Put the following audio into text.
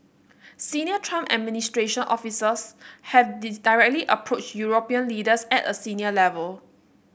Senior Trump administration officials have this directly approached European leaders at a senior level